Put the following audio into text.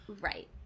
right